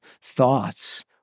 thoughts